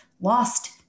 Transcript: lost